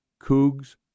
Cougs